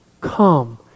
Come